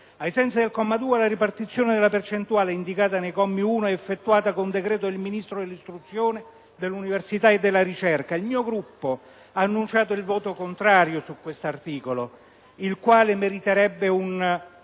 medesimo articolo, la ripartizione della percentuale indicata nel comma 1 è effettuata con decreto del Ministro dell'istruzione, dell'università e della ricerca. Il mio Gruppo ha annunciato il voto contrario all'articolo 11, il quale meriterebbe un